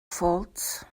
faults